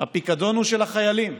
הפיקדון הוא של החיילים.